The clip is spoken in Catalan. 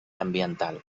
ambiental